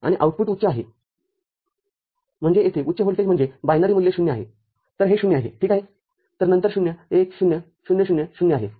आणि आउटपुट उच्च आहे म्हणजे येथे उच्च व्होल्टेजम्हणजे बायनरी मूल्य ० आहेतर हे ० आहे ठीक आहेतर नंतर ० १ ० ० ० ० आहे